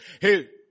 Hey